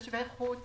תושבי חוץ